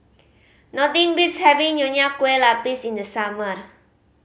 nothing beats having Nonya Kueh Lapis in the summer